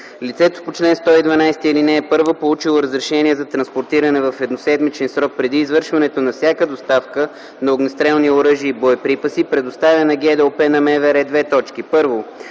Лицето по чл. 112, ал. 1, получило разрешение за транспортиране, в едноседмичен срок преди извършването на всяка доставка на огнестрелни оръжия и боеприпаси представя на ГДОП на МВР: 1.